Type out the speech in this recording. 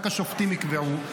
רק השופטים יקבעו,